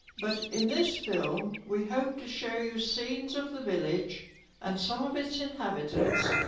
but in this film we hope to show you scenes of the village and some of its inhabitants.